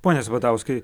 pone sabatauskai